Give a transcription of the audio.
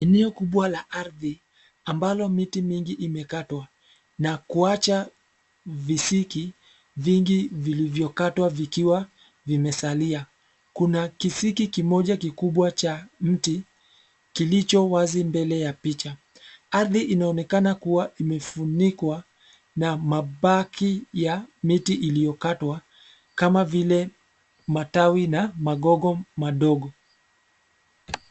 Eneo kubwa la ardhi, ambalo miti mingi imekatwa, na kuwacha, visiki, vingi vilivyokatwa vikiwa, vimesalia, kuna kisiki kimoja kikubwa cha mti, kilicho wazi mbele ya picha, ardhi inaonekana kuwa imefunikwa, na mabaki ya miti iliyokatwa, kama vile, matawi na magogo madogo.